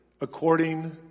according